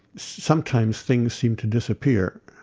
sometimes things seem to disappear